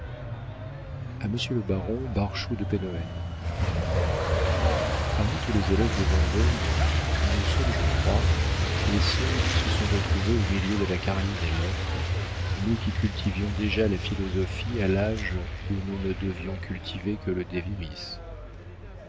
a monsieur le baron barchou de penhoen parmi tous les élèves de vendôme nous sommes je crois les seuls qui se sont retrouvés au milieu de la carrière des lettres nous qui cultivions déjà la philosophie à l'âge où nous ne devions cultiver que le